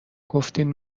گفتین